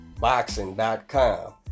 boxing.com